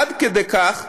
עד כדי כך,